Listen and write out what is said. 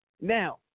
Now